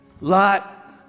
Lot